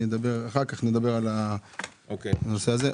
אחר כך נדבר בנושא הזה.